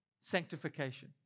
sanctification